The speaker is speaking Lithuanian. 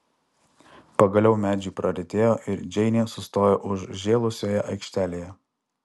pagaliau medžiai praretėjo ir džeinė sustojo užžėlusioje aikštelėje